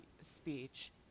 speech